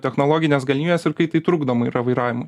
technologinės galimybės ir kai tai trukdoma yra vairavimui